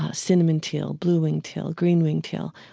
ah cinnamon teal, blue-winged teal, green-winged teal.